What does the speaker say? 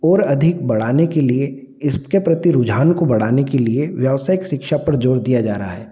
ओर अधिक बढ़ाने के लिए इसके प्रति रुझान को बढ़ाने के लिए व्यावसायिक शिक्षा पर जोर दिया जा रहा है